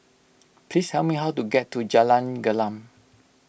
please tell me how to get to Jalan Gelam